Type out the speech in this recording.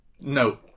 No